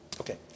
Okay